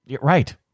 Right